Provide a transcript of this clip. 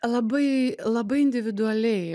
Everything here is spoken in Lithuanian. labai labai individualiai